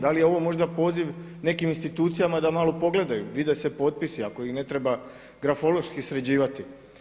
Da li je ovo možda poziv nekim institucijama da malo pogledaju, vide se potpisi ako ih ne treba grafološki sređivati.